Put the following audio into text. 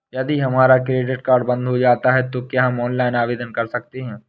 यदि हमारा credit card बंद हो जाता है तो क्या हम ऑनलाइन आवेदन कर सकते हैं?